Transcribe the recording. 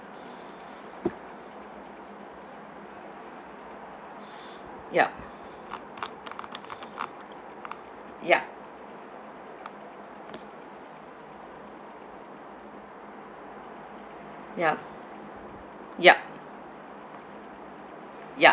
yup yup ya yup yup